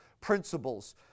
principles